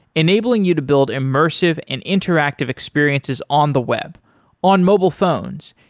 enabling you to build immersive and interactive experiences on the web on mobile phones,